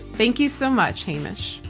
thank you so much, hamish.